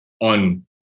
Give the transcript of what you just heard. on